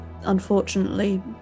unfortunately